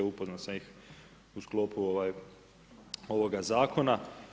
Upoznao sam ih u sklopu ovoga zakona.